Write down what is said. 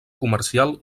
comercial